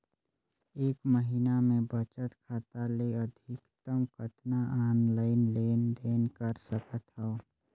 एक महीना मे बचत खाता ले अधिकतम कतना ऑनलाइन लेन देन कर सकत हव?